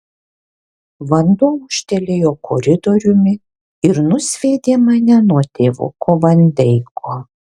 vanduo ūžtelėjo koridoriumi ir nusviedė mane nuo tėvuko van deiko